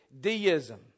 deism